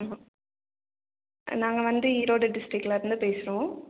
ஆமாம் நாங்கள் வந்து ஈரோடு டிஸ்ட்டிரிக்லருந்து பேசுகிறோம்